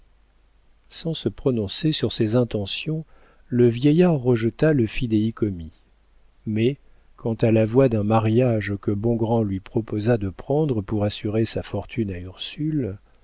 sans se prononcer sur ses intentions le vieillard rejeta le fidéicommis mais quant à la voie d'un mariage que bongrand lui proposa de prendre pour assurer sa fortune à ursule